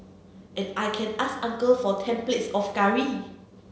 and I can ask uncle for ten plates of curry